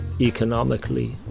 economically